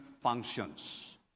functions